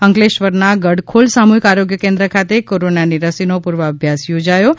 અંકલેશ્વરના ગડખોલ સામૂહીક આરોગ્ય કેન્ન્ ખાતે કોરોનાની રસીનો પૂર્વાભ્યાસ યોજાયો હતો